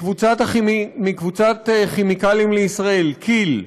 מקבוצת כימיקלים לישראל, כי"ל.